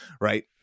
Right